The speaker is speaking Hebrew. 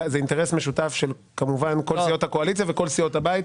אינטרס משותף של כל סיעות הקואליציה וכל סיעות הבית,